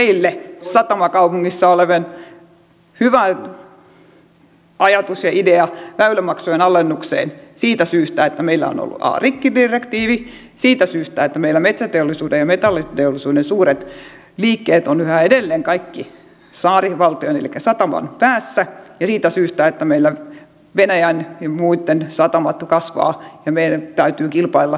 sitten on meille satamakaupungissa oleville hyvä ajatus ja idea väylämaksujen alennukseen siitä syystä että meillä on ollut rikkidirektiivi siitä syystä että meillä metsäteollisuuden ja metalliteollisuuden suuret liikkeet ovat yhä edelleen kaikki saarivaltion elikkä sataman päässä ja siitä syystä että meillä venäjän ja muitten satamat kasvavat ja meidän täytyy kilpailla niitä vasten